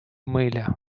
миля